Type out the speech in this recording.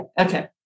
Okay